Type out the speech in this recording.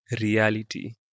reality